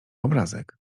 obrazek